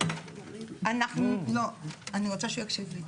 אני רוצה שיקשיב לי.